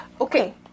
Okay